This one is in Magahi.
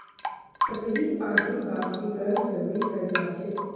सतही पानीर वाष्पीकरण जल्दी हय जा छे